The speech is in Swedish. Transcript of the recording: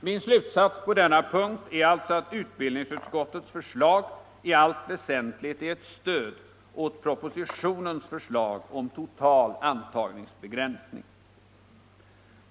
Min slutsats på denna punkt är alltså att utbildningsutskottets förslag i allt väsentligt är ett stöd åt propositionens förslag om total antagningsbegränsning.